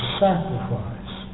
sacrifice